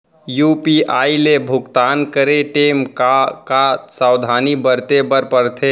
UPI ले भुगतान करे टेम का का सावधानी बरते बर परथे